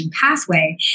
pathway